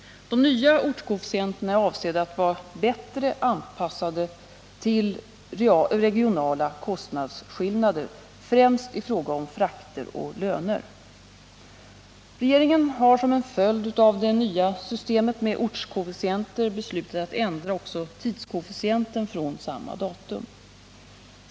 De nya ortskoefficienterna är avsedda att vara bättre anpassade till regionala kostnadsskillnader, främst i fråga om frakter och löner. Regeringen har som en följd av det nya systemet med ortskoefficienter beslutat att ändra också tidskoefficienten från samma datum.